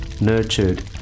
nurtured